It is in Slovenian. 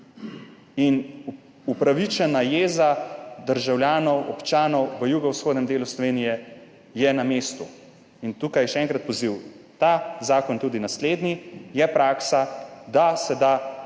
Upravičena jeza državljanov, občanov v jugovzhodnem delu Slovenije je na mestu. Tukaj še enkrat poziv, ta zakon, tudi naslednji, je praksa, da se da,